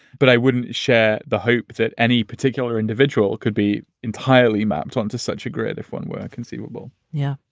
but i wouldn't share the hope that any particular individual could be entirely mapped onto such a grid. if one were inconceivable yeah.